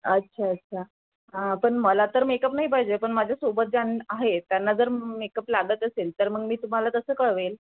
अच्छा अच्छा हां पण मला तर मेकप नाही पाहिजे पण माझ्यासोबत ज्या आहे त्यांना जर मेकअप लागत असेल तर मग मी तुम्हाला तसं कळवेल